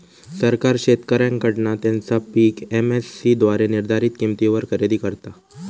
सरकार शेतकऱ्यांकडना त्यांचा पीक एम.एस.सी द्वारे निर्धारीत किंमतीवर खरेदी करता